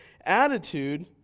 attitude